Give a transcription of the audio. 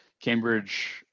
Cambridge